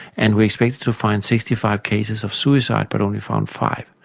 and we expected to find sixty five cases of suicide but only found five.